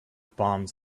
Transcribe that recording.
bombs